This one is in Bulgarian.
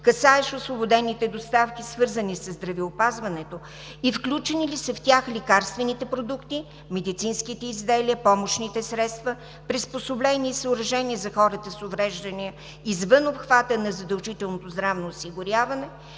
касаещ освободените сделки, свързани със здравеопазването и включени ли са в тях лекарствените продукти, медицинските изделия, помощните средства, приспособленията и съоръженията за хората с увреждания извън обхвата на задължителното здравно осигуряване,